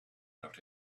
looked